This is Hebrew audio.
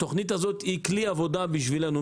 התוכנית הזאת היא כלי עבודה בשבילנו.